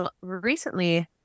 recently